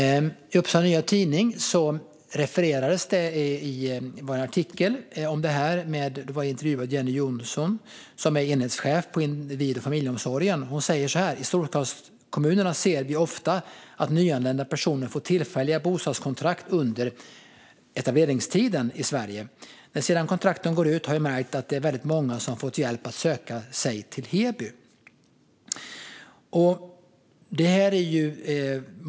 I Upsala Nya Tidning refereras det i en artikel till detta. Man har gjort en intervju med Jenny Johnsson, som är enhetschef på individ och familjeomsorgen i Heby kommun. Hon säger så här: I storstadskommunerna ser vi ofta att nyanlända personer får tillfälliga bostadskontrakt under etableringstiden i Sverige. Men när kontrakten sedan går ut har vi märkt att det är väldigt många som har fått hjälp att söka sig till Heby.